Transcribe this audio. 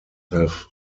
have